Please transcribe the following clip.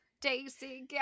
Daisy